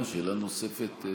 שאלה נוספת,